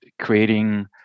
creating